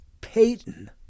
Payton